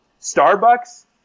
Starbucks